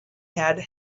had